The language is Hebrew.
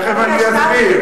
תיכף אני אסביר.